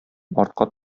артка